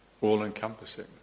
all-encompassing